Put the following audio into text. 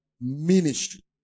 ministry